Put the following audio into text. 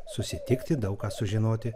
susitikti daug ką sužinoti